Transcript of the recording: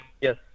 Yes